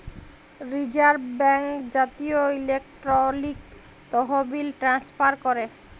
reserve bank জাতীয় electronic তহবিল transfer ক্যরে